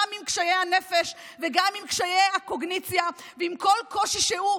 גם עם קשיי הנפש וגם עם קשיי הקוגניציה ועם כל קושי שהוא,